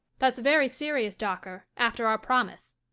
that's very serious, dawker, after our promise.